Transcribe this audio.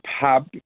Pub